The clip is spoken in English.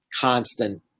constant